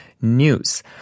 news